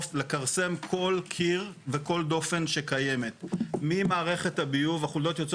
הוא מכרסם בטון וממערכת הביוב מה שהחולדה עושה